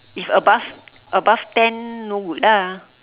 if above above ten no good lah